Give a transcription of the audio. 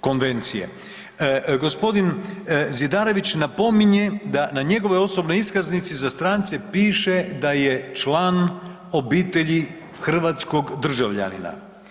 Konvencije. g. Zidarević napominje da na njegovoj osobnoj iskaznici za strance piše da je član obitelji hrvatskog državljanina.